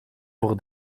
voor